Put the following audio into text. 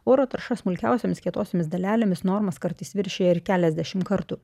oro tarša smulkiosiomis kietosiomis dalelėmis normas kartais viršija ir keliasdešimt kartų